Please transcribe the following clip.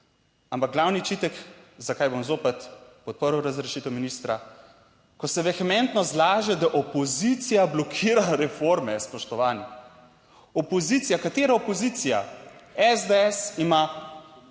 Ampak glavni očitek zakaj bom zopet podprl razrešitev ministra, ko se vehementno zlaže, da opozicija blokira reforme? Spoštovani opozicija, katera opozicija? SDS ima